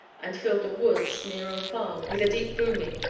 and filled the woods, near and far, with a deep booming,